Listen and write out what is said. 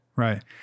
Right